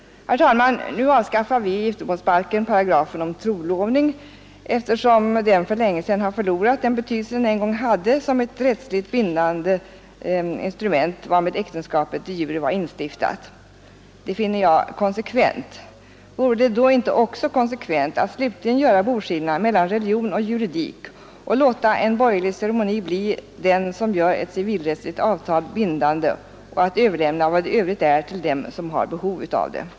Vi avskaffar nu i giftermålsbalken paragrafen om trolovning, eftersom den för länge sedan förlorat den betydelse den en gång hade som ett rättsligt bindande instrument, varmed äktenskapet de jure var instiftat. Det finner jag konsekvent. Vore det då inte också konsekvent att slutligen göra boskillnad mellan religion och juridik och låta en borgerlig ceremoni bli den som gör ett civilrättsligt avtal bindande och att överlämna vad övrigt är till dem som har behov därav?